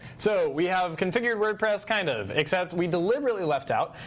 so we have configured wordpress kind of. except we deliberately left out,